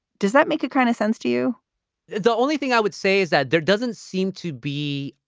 does that make a kind of sense to you? it's the only thing i would say is that there doesn't seem to be,